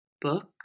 book